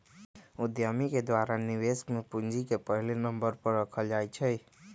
उद्यमि के द्वारा निवेश में पूंजी के पहले नम्बर पर रखल जा हई